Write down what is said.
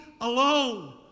alone